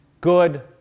good